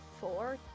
four